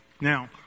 Now